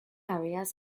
areas